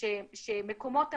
שמקומות עבודה,